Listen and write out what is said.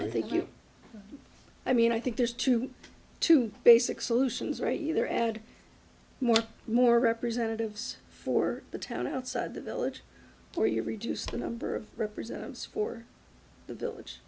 i think you i mean i think there's two two basic solutions right either add more more representatives for the town outside the village or you reduce the number of representatives for the village